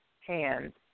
hand